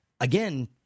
again